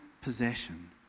possession